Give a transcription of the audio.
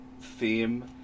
theme